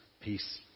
peace